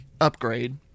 upgrade